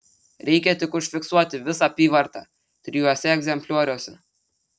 reikia tik užfiksuoti visą apyvartą trijuose egzemplioriuose